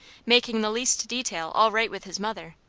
making the least detail all right with his mother,